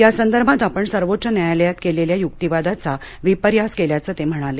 या संदर्भात आपण सर्वोच्च न्यायालयात केलेल्या युक्तिवादाचा विपर्यास केल्याचं ते म्हणाले